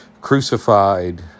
Crucified